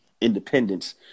independence